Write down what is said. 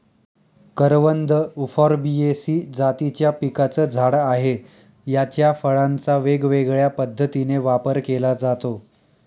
करवंद उफॉर्बियेसी जातीच्या पिकाचं झाड आहे, याच्या फळांचा वेगवेगळ्या पद्धतीने वापर केला जातो